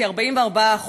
כ־44%,